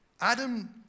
Adam